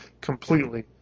completely